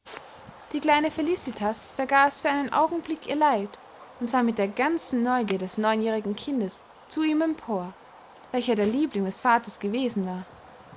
die kleine felicitas vergaß für einen augenblick ihr leid und sah mit der ganzen neugier des neunjährigen kindes zu ihm empor welcher der liebling des vaters gewesen war